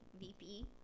VP